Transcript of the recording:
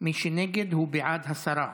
מי שנגד הוא בעד הסרה,